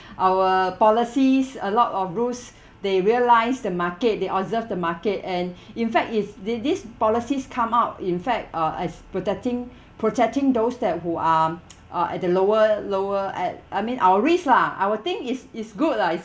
our policies a lot of rules they realise the market they observe the market and in fact is thes~ these policies come up in fact uh as protecting protecting those that who are uh at the lower lower at I mean I'll risk lah I would think it's it's good lah it's